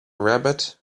rabbit